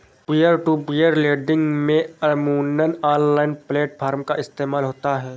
peer to peer lending में अमूमन online platform का इस्तेमाल होता है